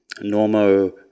normal